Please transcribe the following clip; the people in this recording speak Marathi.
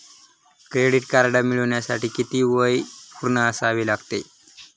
क्रेडिट कार्ड मिळवण्यासाठी किती वय पूर्ण असावे लागते?